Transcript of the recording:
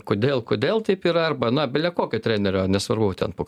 kodėl kodėl taip yra arba na bele kokio trenerio nesvarbu ten po